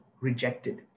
rejected